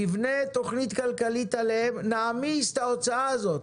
נבנה עליהם תוכנית כלכלית, נעמיס את ההוצאה הזאת.